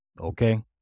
Okay